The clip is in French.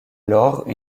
lors